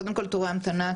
קודם כל תורי המתנה.